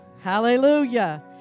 Hallelujah